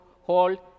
hold